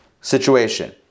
situation